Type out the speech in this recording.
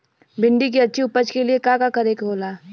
भिंडी की अच्छी उपज के लिए का का करे के होला?